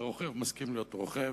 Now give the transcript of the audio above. והרוכב מסכים להיות רוכב,